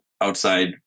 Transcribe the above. outside